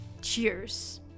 cheers